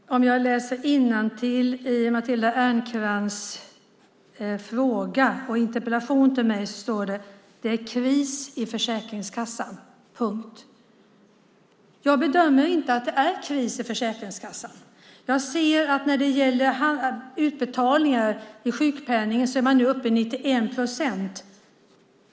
Fru talman! Om jag läser innantill i Matilda Ernkrans interpellation till mig står det: Det är kris i Försäkringskassan. Jag bedömer inte att det är kris i Försäkringskassan. Jag ser att när det gäller utbetalningar av sjukpenning är man nu uppe i 91 procent.